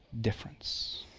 difference